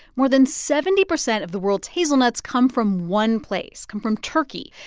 more than seventy percent of the world's hazelnuts come from one place come from turkey.